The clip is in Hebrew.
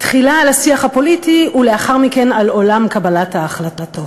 תחילה על השיח הפוליטי ולאחר מכן על עולם קבלת ההחלטות.